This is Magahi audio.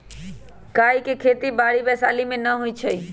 काइ के खेति बाड़ी वैशाली में नऽ होइ छइ